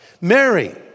Mary